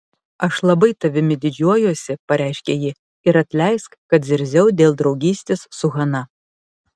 aš labai tavimi didžiuojuosi pareiškė ji ir atleisk kad zirziau dėl draugystės su hana